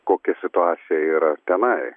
kokia situacija yra tenai